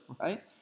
right